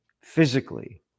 physically